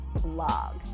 blog